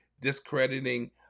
discrediting